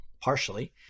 partially